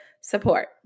support